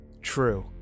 True